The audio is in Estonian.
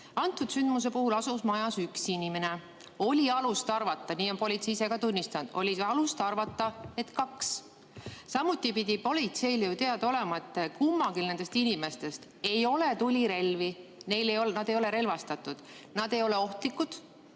Antud sündmuse puhul asus majas üks inimene. Oli alust arvata, nii on politsei ise ka tunnistanud, et kaks. Samuti pidi politseile ju teada olema, et kummalgi nendest inimestest ei ole tulirelvi, nad ei ole relvastatud, nad ei ole ohtlikud,